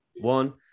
one